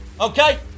Okay